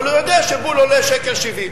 אבל הוא יודע שבול עולה 1.70 שקל.